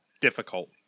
difficult